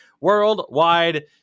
worldwide